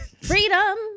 Freedom